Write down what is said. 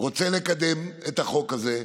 רוצה לקדם את החוק הזה.